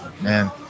Man